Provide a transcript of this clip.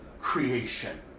creation